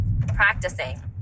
practicing